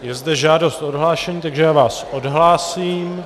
Je zde žádost o odhlášení, takže já vás odhlásím.